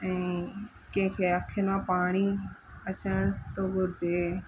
ऐं कंहिंखे अखियुनि मां पाणी अचनि थो हुजे